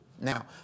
Now